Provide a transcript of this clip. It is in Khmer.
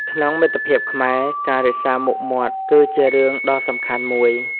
ក្នុងមិត្តភាពខ្មែរ ការរក្សាមុខមាត់គឺជារឿងដ៏សំខាន់មួយ។